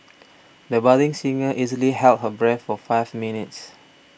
the budding singer easily held her breath for five minutes